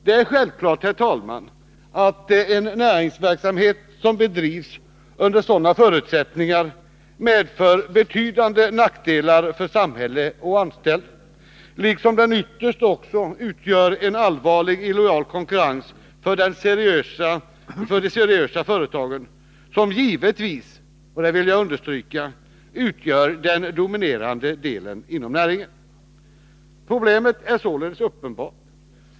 Det är självklart, herr talman, att en näringsverksamhet som bedrivs under sådana förutsättningar medför betydande nackdelar för samhälle och anställda, liksom den ytterst också utgör en allvarlig illojal konkurrens för de seriösa företagen, som givetvis — det vill jag understryka — utgör den dominerande delen inom näringen. Problemet är således uppenbart.